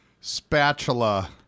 Spatula